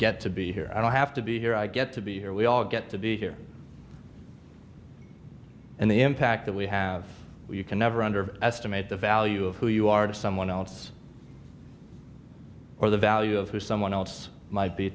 get to be here i don't have to be here i get to be here we all get to be here and the impact that we have you can never under estimate the value of who you are to someone else or the value of who someone else might be